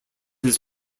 his